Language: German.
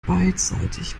beidseitig